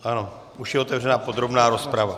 Ano, už je otevřena podrobná rozprava.